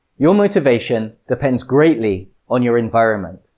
your motivation depends greatly on your environment.